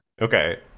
Okay